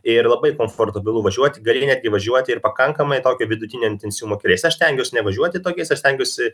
ir labai komfortabilu važiuoti gali net įvažiuoti ir pakankamai tokio vidutinio intensyvumo keliais aš stengiuos nevažiuoti tokiais aš stengiuosi